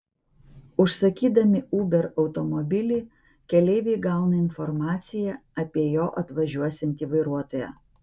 užsakydami uber automobilį keleiviai gauna informaciją apie jo atvažiuosiantį vairuotoją